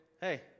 hey